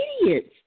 idiots